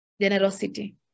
Generosity